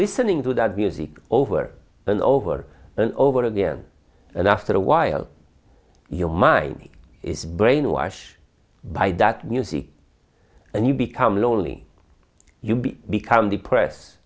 listening to that music over and over and over again and after a while your mind is brainwash by that music and you become loaning you be become depress